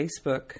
Facebook